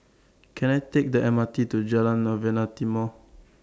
Can I Take The M R T to Jalan Novena Timor